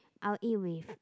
I will eat with